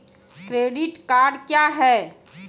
Credit card क्या हैं?